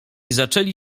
zaczęli